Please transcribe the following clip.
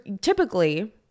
typically